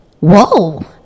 whoa